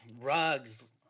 rugs